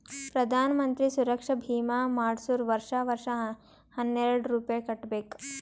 ಪ್ರಧಾನ್ ಮಂತ್ರಿ ಸುರಕ್ಷಾ ಭೀಮಾ ಮಾಡ್ಸುರ್ ವರ್ಷಾ ವರ್ಷಾ ಹನ್ನೆರೆಡ್ ರೂಪೆ ಕಟ್ಬಬೇಕ್